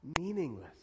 Meaningless